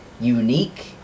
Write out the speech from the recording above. unique